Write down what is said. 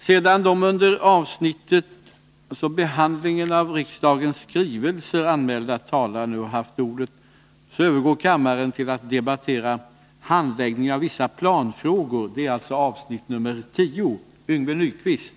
Sedan de under avsnittet Handläggningen av vissa planfrågor anmälda talarna nu haft ordet övergår kammaren till att debattera Telub-ärendet.